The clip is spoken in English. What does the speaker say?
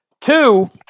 Two